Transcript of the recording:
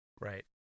Right